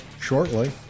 shortly